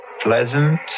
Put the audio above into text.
Pleasant